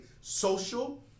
social